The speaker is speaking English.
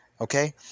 Okay